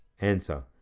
Answer